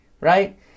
Right